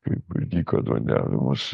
kaip ir dykaduoniavimas